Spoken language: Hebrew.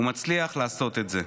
ומצליח לעשות את זה.